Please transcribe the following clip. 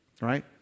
right